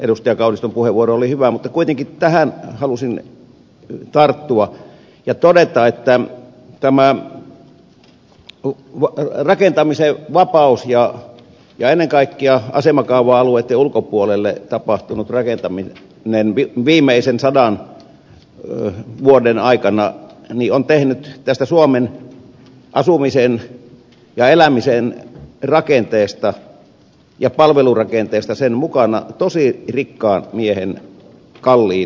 kauniston puheenvuoro oli hyvä mutta kuitenkin tähän halusin tarttua ja todeta että tämä rakentamisen vapaus ja ennen kaikkea asemakaava alueitten ulkopuolelle tapahtunut rakentaminen viimeisen sadan vuoden aikana on tehnyt tästä suomen asumisen ja elämisen rakenteesta ja palvelurakenteesta sen mukana tosi rikkaan miehen kalliin järjestelmän